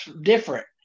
different